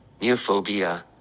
Neophobia